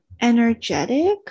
energetic